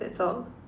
that's all